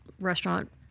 restaurant